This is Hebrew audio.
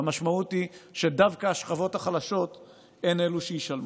והמשמעות היא שדווקא השכבות החלשות הן שישלמו.